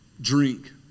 drink